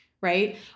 right